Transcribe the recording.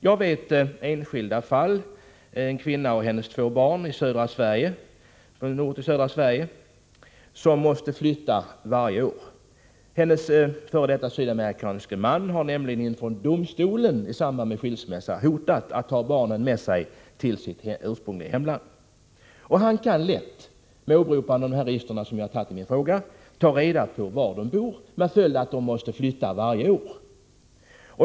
Jag känner till ett fall på en ort i södra Sverige, där en kvinna och hennes två barn måste flytta varje år. Hennes sydamerikanske f.d. man har nämligen i domstolen i samband med skilsmässan hotat att ta barnen med sig till sitt ursprungliga hemland. Han kan lätt, med hjälp av de register som jag har nämnt i min fråga, ta reda på var de bor, med följd att de måste flytta varje år.